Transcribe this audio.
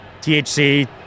THC